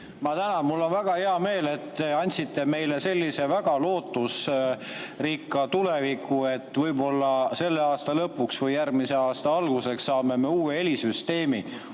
Ma tänan! Mul on väga hea meel, et te andsite meile sellise väga lootusrikka tuleviku, et võib-olla selle aasta lõpuks või järgmise aasta alguseks me saame uue helisüsteemi.